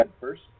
first